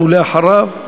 ואחריו,